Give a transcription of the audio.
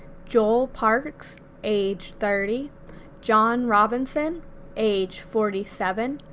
joel parks age thirty john robinson age forty seven,